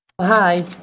Hi